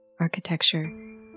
architecture